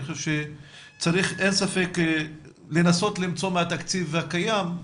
אין ספק שצריך לנסות למצוא מהתקציב הקיים.